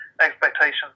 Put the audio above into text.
expectations